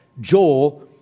Joel